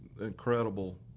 incredible